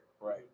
right